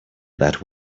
that